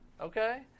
Okay